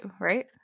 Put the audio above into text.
right